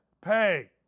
pay